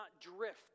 drift